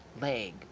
leg